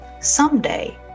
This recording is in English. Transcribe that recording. someday